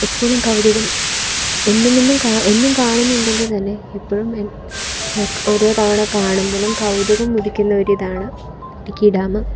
എപ്പോഴും കൗതുകം എന്നുമെന്നും എന്നും കാണുന്നുണ്ടെങ്കിൽ തന്നെ എപ്പോഴും ഓരോ തവണ കാണുമ്പോഴും കൗതുകം ഉദിക്കുന്ന ഒരു ഇതാണ് ഇടുക്കി ഡാമ്